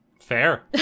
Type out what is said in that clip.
Fair